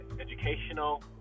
educational